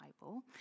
Bible